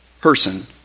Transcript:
person